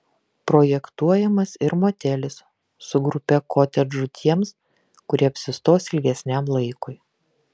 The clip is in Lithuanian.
projektuojamas ir motelis su grupe kotedžų tiems kurie apsistos ilgesniam laikui